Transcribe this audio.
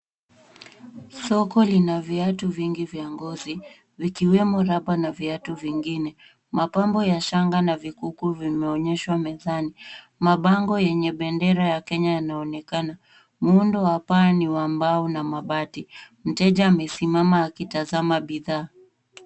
Soko lina viatu vingi vya ngozi, vikiwemo raba na viatu vingine. Mapambo ya shanga na vikuku vimeonyeshwa mezani. Mabango yenye bendera ya Kenya yanaonekana. Muundo wa paa ni wa mbao na mabati. Mteja amesimama akitazama bidhaa.